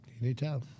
anytime